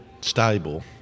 stable